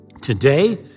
Today